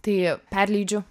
tai perleidžiu